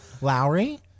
Lowry